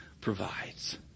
provides